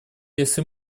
если